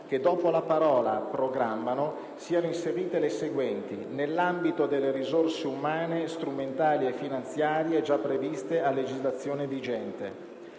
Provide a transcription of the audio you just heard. che dopo la parola: "programmano" siano inserite le seguenti: "nell'ambito delle risorse umane, strumentali e finanziarie già previste a legislazione vigente".